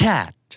Cat